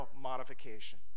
modification